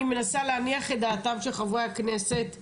מנסה להניח את דעתם של חברי הכנסת הפונים.